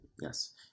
Yes